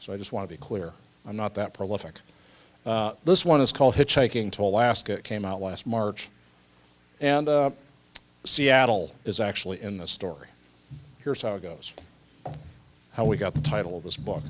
so i just want to be clear i'm not that prolific this one is called hitchhiking to alaska came out last march and seattle is actually in the story here's how it goes how we got the title of this b